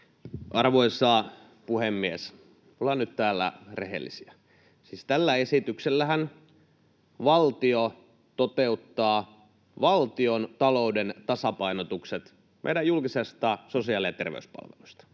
Arvoisa puhemies! Ollaan nyt täällä rehellisiä: Siis tällä esityksellähän valtio toteuttaa valtiontalouden tasapainotukset meidän julkisista sosiaali- ja terveyspalveluista.